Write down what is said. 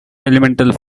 elemental